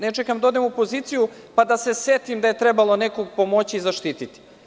Ne čekam da odem u opoziciju pa da se setim da je trebalo nekog pomoći i zaštititi.